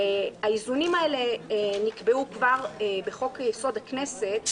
האיזונים האלה נקבעו כבר בחוק-יסוד: הכנסת,